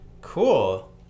Cool